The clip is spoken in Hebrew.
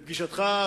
בפגישתך,